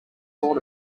lawn